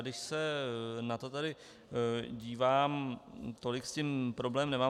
Když se na to tady dívám, tolik s tím problém nemám.